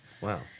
Wow